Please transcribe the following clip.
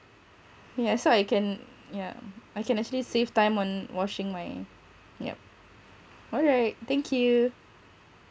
yeah so I can yeah I can actually save time on washing my yup all right thank you